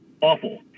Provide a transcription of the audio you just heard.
awful